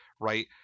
right